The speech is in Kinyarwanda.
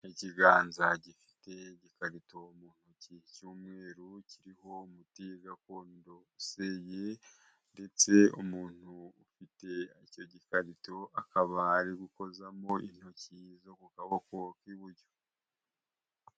Ikiganza gifite igikarito mu ntoki cy'umweru, kiriho umuti gakondo useye, ndetse umuntu ufite icyo gikarito akaba ari gukozamo intoki zo ku kaboko k'iburyo.